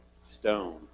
stone